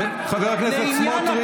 חבר הכנסת סמוטריץ'.